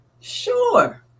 Sure